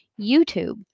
YouTube